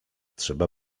trzeba